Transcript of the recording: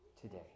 today